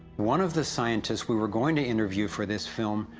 one of the scientists we were going to interview for this film,